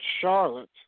Charlotte